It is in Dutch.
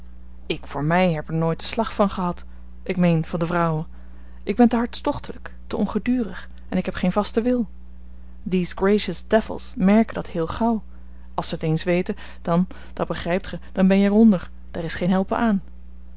ik voor mij heb er nooit den slag van gehad ik meen van de vrouwen ik ben te hartstochtelijk te ongedurig en ik heb geen vasten wil these gracious devils merken dat heel gauw als ze t eens weten dan dat begrijpt gij dan ben je er onder daar is geen helpen aan